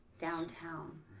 downtown